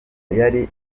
yari